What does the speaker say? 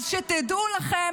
אז שתדע לך,